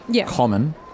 Common